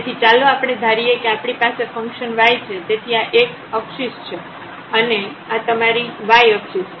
તેથી ચાલો આપણે ધારીએ કે આપણી પાસે ફંકશન y છે તેથી આ x અક્ષિસ છે અને આ તમારી y અક્ષિસ છે